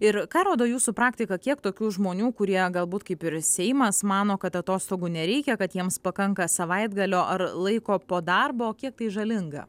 ir ką rodo jūsų praktika kiek tokių žmonių kurie galbūt kaip ir seimas mano kad atostogų nereikia kad jiems pakanka savaitgalio ar laiko po darbo kiek tai žalinga